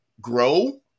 grow